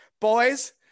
boys